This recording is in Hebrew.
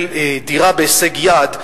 של דירה בהישג יד,